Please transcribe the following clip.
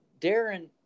Darren